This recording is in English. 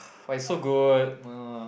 but it so good